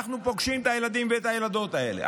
אנחנו פוגשים את הילדים ואת הילדות האלה,